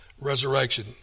resurrection